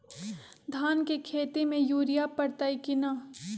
धान के खेती में यूरिया परतइ कि न?